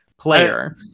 player